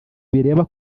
bireba